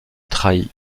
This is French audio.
trahit